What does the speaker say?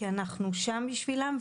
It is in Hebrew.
כי אנחנו שם בשבילם,